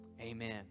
Amen